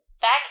back